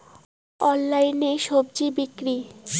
অনলাইনে স্বজি বিক্রি?